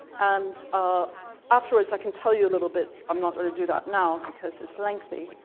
and ah afterwards i can tell you a little bit, i'm not going to do that now because it's lengthy,